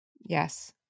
Yes